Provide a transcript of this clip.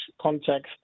context